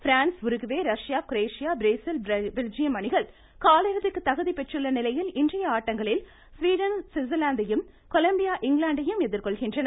France Uruguay Russia Croatia Brazil Belgium அணிகள் காலிறுதிக்கு தகுதி பெற்றுள்ள நிலையில் இன்றைய ஆட்டங்களில் ஸ்வீடன் ஸ்விட்ஸர்லாந்தையும் கொலம்பியா இங்கிலாந்தையும் எதிர்கொள்கின்றன